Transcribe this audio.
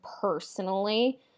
personally